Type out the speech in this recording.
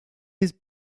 his